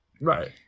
Right